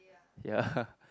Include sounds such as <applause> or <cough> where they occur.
ya <laughs>